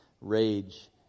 rage